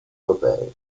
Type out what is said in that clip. europee